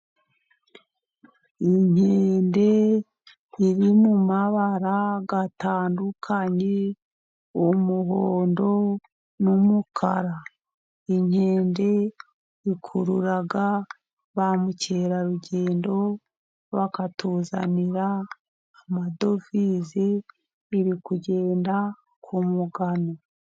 Inkende iri mu mabara atandukanye. Umuhondo n'umukara . Inkende ikurura ba mukerarugendo bakatuzanira amadovize. Iri kugenda ku mugano.